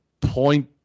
point